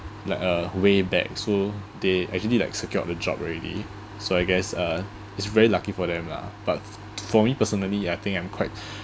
like a way back so they actually like secured the job already so I guess uh it's very lucky for them lah but for me personally I think I'm quite